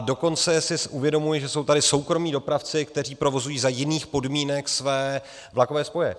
Dokonce si uvědomuji, že jsou tady soukromí dopravci, kteří provozují za jiných podmínek své vlakové spoje.